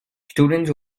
students